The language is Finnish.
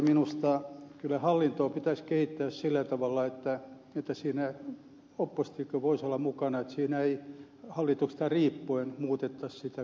minusta kyllä hallintoa pitäisi kehittää sillä tavalla että siinä oppositiokin voisi olla mukana että sitä ei hallituksesta riippuen muutettaisi koko ajan